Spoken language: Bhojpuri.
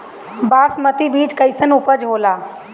बासमती बीज कईसन उपज होला?